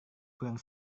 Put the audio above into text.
kurang